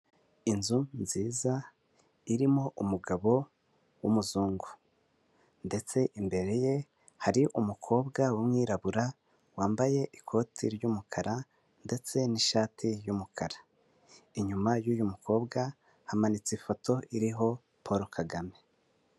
Inzu nziza irimo umugabo w'umuzungu ndetse imbere ye hari umukobwa w'umwirabura wambaye ikoti ry'umukara ndetse n'ishati y'umukara. Inyuma y'uyu mukobwa hamanitse ifoto iriho paul kagame.